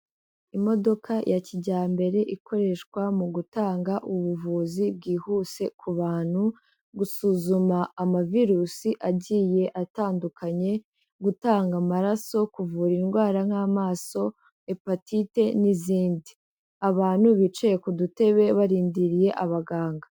Imodoka ya kijyambere ikoreshwa mu gutanga ubuvuzi bwihuse ku bantu, gusuzuma amavirusi agiye atandukanye, gutanga amaraso, kuvura indwara nk'amaso, Hepatite n'izindi, abantu bicaye ku dutebe barindiriye abaganga.